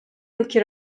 yılki